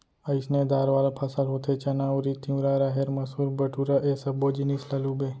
अइसने दार वाला फसल होथे चना, उरिद, तिंवरा, राहेर, मसूर, बटूरा ए सब्बो जिनिस ल लूबे